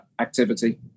activity